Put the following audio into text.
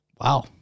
Wow